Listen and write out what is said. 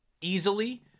easily